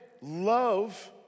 love